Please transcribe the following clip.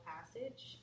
Passage